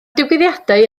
digwyddiadau